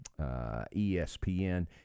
ESPN